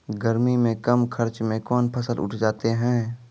गर्मी मे कम खर्च मे कौन फसल उठ जाते हैं?